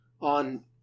on